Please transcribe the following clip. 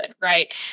right